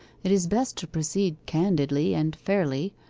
it is best to proceed candidly and fairly,